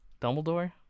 dumbledore